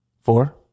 four